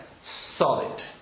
Solid